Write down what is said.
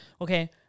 Okay